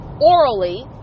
orally